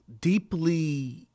deeply